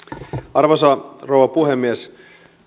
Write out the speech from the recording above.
arvoisa rouva puhemies